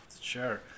Sure